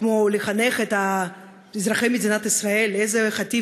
כמו לחנך את אזרחי מדינת ישראל איזה חטיף